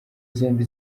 zombi